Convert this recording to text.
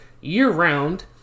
year-round